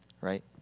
right